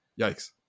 yikes